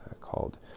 called